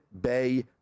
Bay